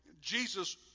Jesus